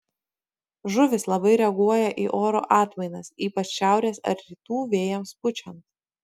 žuvys labai reaguoja į oro atmainas ypač šiaurės ar rytų vėjams pučiant